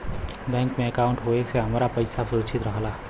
bank में अंकाउट होये से हमार पइसा सुरक्षित रहला